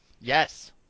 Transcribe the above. Yes